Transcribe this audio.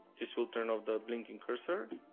this will turn on the blinking cursor